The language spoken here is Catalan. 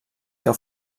que